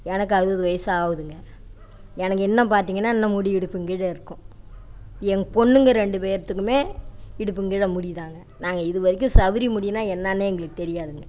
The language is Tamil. எனக்கும் அறுபது வயது ஆகுதுங்க எனக்கு இன்னும் பார்த்திங்கன்னா இன்னும் முடி இடுப்புங்கீழ் இருக்கும் என் பொண்ணுங்க ரெண்டு பேர்த்துக்குமே இடுப்புங்கீழ் முடிதாங்க நாங்கள் இதுவரைக்கும் சவுரி முடின்னால் என்னன்னே எங்களுக்கு தெரியாதுங்க